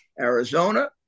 Arizona